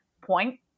point